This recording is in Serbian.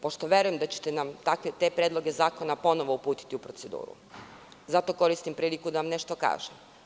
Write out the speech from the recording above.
Pošto verujem da ćete nam te predloge zakona ponovo uputiti u proceduru koristim priliku da vam nešto kažem.